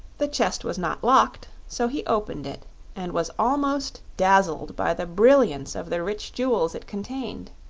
the chest was not locked, so he opened it and was almost dazzled by the brilliance of the rich jewels it contained.